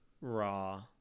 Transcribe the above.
Raw